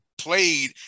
played